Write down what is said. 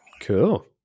Cool